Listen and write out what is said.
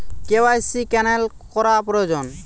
KYC cancel করা প্রয়োজন?